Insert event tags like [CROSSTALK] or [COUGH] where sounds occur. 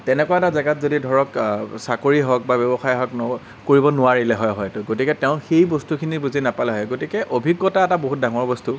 তেনেকুৱা এটা জেগাত যদি ধৰক চাকৰী হওক বা ব্যৱসায় হওক [UNINTELLIGIBLE] কৰিব নোৱাৰিলে হয় হয়টো গতিকে তেওঁ সেই বস্তুখিনি বুজি নাপালে হয় গতিকে অভিজ্ঞতা এটা বহুত ডাঙৰ বস্তু